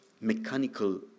mechanical